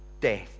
death